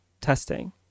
testing